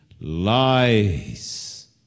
lies